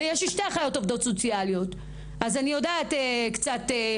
יש לי שתי אחיות עובדות סוציאליות אז אני יודעת קצת מה קורה,